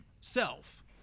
Self